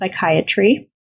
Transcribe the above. Psychiatry